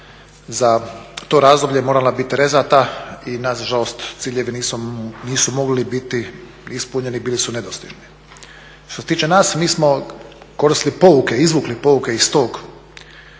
za to razdoblje morala biti rezana i nažalost ciljevi nisu mogli biti ispunjeni, bili su nedostižni. Što se tiče nas mi smo koristili pouke, izvukli pouke iz tog